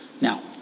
Now